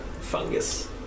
fungus